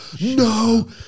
no